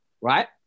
right